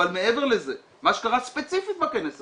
אבל מעבר לזה, מה שקרה ספציפית בכנס הזה,